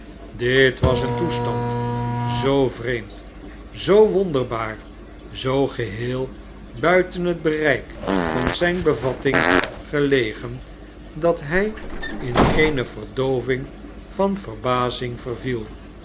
dit was een toestand zoo vreemd zoo wonderbaar zoo geheel buiten het bereik van zijne bevatting gelegen dat hij in eene verdooving van verbazing verviel